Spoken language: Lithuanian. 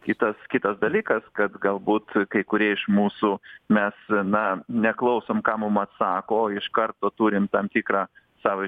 kitas kitas dalykas kad galbūt kai kurie iš mūsų mes na neklausom ką mum atsako o iš karto turim tam tikrą savo